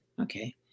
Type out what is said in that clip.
okay